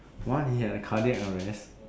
what he had a cardiac arrest